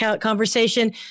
conversation